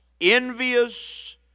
Envious